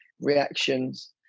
reactions